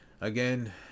Again